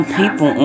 people